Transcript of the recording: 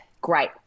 great